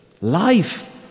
Life